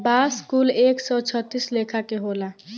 बांस कुल एक सौ छत्तीस लेखा के होखेला